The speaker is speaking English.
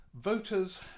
voters